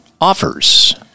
offers